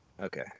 Okay